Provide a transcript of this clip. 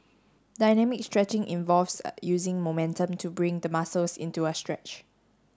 dynamic stretching involves a using momentum to bring the muscles into a stretch